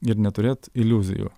ir neturėt iliuzijų